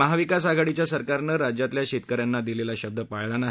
महाविकास आघाडीच्या सरकारने राज्यातील शेतकऱ्यांना दिलेला शब्द पाळला नाही